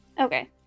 Okay